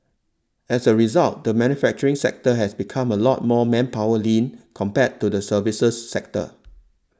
as a result the manufacturing sector has become a lot more manpower lean compared to the services sector